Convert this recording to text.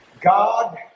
God